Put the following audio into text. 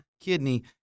kidney